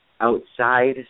outside